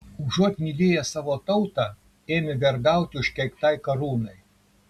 užuot mylėję savo tautą ėmė vergauti užkeiktai karūnai